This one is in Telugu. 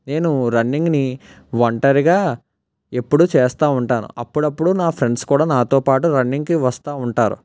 నేను రన్నింగ్ని ఒంటరిగా ఎప్పుడు చేస్తు ఉంటాను అప్పుడప్పుడు నా ఫ్రెండ్స్ కూడా నాతో పాటు రన్నింగ్కి వస్తు ఉంటారు